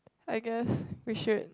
I guess we should